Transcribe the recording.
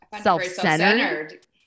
self-centered